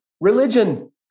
Religion